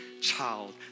child